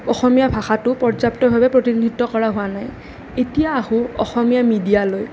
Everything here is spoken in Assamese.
অসমীয়া ভাষাটো পৰ্যাপ্তভাৱে প্ৰতিনিধিত্ব কৰা হোৱা নাই এতিয়া আহোঁ অসমীয়া মিডিয়ালৈ